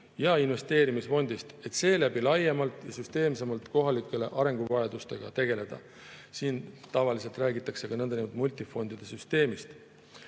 ja investeerimisfondist, et seeläbi laiemalt ja süsteemsemalt kohalike arenguvajadustega tegeleda. Siin tavaliselt räägitakse ka nõndanimetatud multifondide süsteemist.